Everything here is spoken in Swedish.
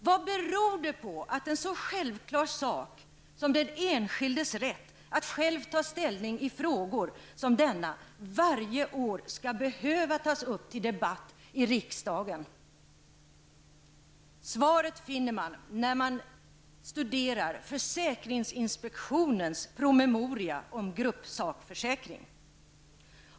Vad beror det på att en så självklar sak som den enskildes rätt att själv ta ställning i frågor som denna varje år skall behöva tas upp till debatt i riksdagen? Svaret finner man när man studerar försäkringsinspektionens promemoria om gruppsakförsäkring.